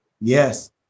Yes